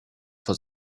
for